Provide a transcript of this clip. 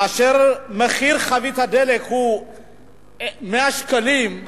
כאשר מחיר חבית הדלק הוא 100 שקלים,